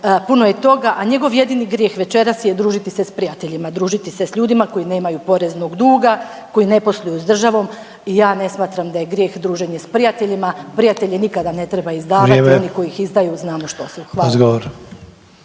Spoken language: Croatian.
puno je toga, a njegov jedini grijeh večeras je družiti se s prijateljima, družiti se s ljudima koji nemaju poreznog duga, koji ne posluju s državom i ja ne smatram da je grijeh druženje s prijateljima. Prijatelje nikada ne treba izdavati, oni koji ih izdaju znamo što su. Hvala.